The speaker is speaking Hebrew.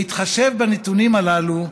בהתחשב בנתונים הללו,